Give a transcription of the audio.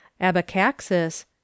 Abacaxis